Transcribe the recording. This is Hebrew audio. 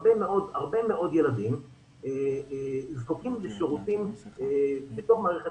שהרבה מאוד ילדים זקוקים לשירותים בתוך מערכת